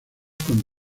con